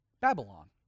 Babylon